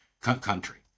country